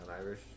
Irish